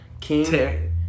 King